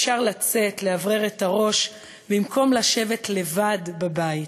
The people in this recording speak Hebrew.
אפשר לצאת, לאוורר את הראש, במקום לשבת לבד בבית.